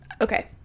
okay